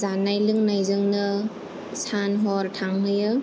जानाय लोंनायजोंनो सान हर थांहोयो